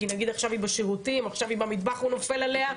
אם נגיד היא בשירותים או במטבח הוא נופל עליה,